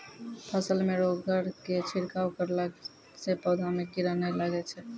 फसल मे रोगऽर के छिड़काव करला से पौधा मे कीड़ा नैय लागै छै?